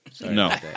No